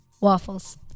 Waffles